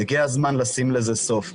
הגיע הזמן לשים לזה סוף.